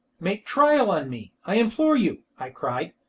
make trial on me, i implore you, i cried,